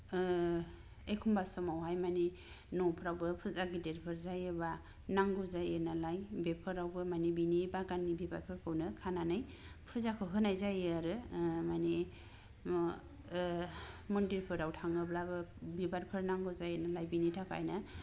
एखम्बा समावहाय माने न'फ्रावबो फुजा गेदेरफोर जायोबा नांगौ जायो नालाय बेफोरावबो माने बिनि बागाननि बिबारफोरखौनो खानानै फुजाखौ होनाय जायो आरो ओ माने मा ओ मन्दिरफोराव थाङोब्लाबो बिबारफोर नांगौ जायो नालाय बेनि थाखायनो